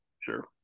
Sure